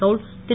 கவுல் திரு